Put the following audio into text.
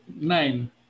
nine